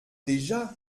déjà